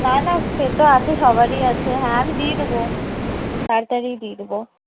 না না সেতো আছে সবারই আছে হ্যাঁ আমি দিয়ে দেব তাড়াতাড়িই দিয়ে দেব